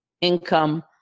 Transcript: income